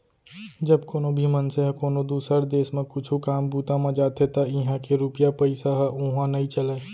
जब कोनो भी मनसे ह कोनो दुसर देस म कुछु काम बूता म जाथे त इहां के रूपिया पइसा ह उहां नइ चलय